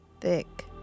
thick